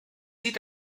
sieht